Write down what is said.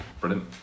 Brilliant